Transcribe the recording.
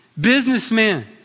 Businessmen